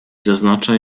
zaznacza